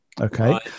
Okay